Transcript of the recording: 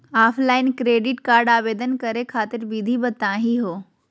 Offline credit card आवेदन करे खातिर विधि बताही हो?